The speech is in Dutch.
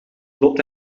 loopt